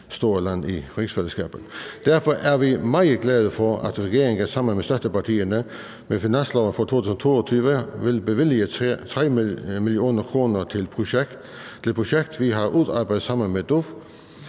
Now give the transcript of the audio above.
store land i rigsfællesskabet. Derfor er vi meget glade for, at regeringen sammen med støttepartierne med finansloven for 2022 vil bevilge 3 mio. kr. til et projekt, vi har udarbejdet sammen med DUF,